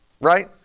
right